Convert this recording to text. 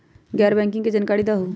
गैर बैंकिंग के जानकारी दिहूँ?